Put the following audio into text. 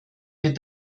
mir